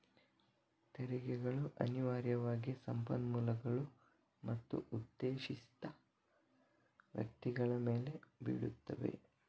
ತೆರಿಗೆಗಳು ಅನಿವಾರ್ಯವಾಗಿ ಸಂಪನ್ಮೂಲಗಳು ಮತ್ತು ಉದ್ದೇಶಿತ ವ್ಯಕ್ತಿಗಳ ಮೇಲೆ ಬೀಳುತ್ತವೆ